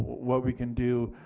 what we can do,